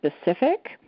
specific